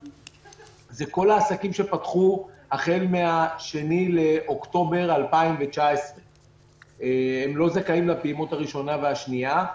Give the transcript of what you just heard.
זה כל העסקים שפתחו החל ב-2 באוקטובר 2019. הם לא זכאים לפעימות הראשונה והשנייה.